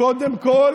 קודם כול